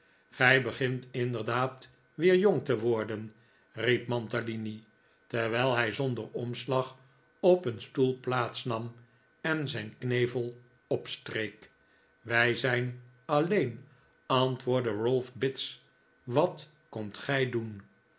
gij begun inderdaad weer jong te worden riep mantalini terwijl hij zonder omslag op een stoel plaats nam en zijn knevel opstreek wij zijn alleen antwoordde ralph bits wat komt gij doen